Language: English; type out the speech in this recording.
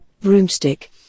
Broomstick